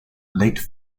late